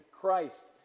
Christ